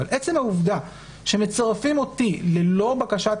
אבל עצם העובדה שמצרפים אותי ללא בקשת